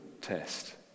test